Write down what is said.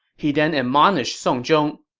he then admonished song zhong.